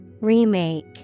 Remake